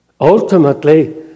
ultimately